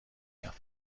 کرد